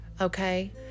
okay